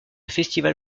festival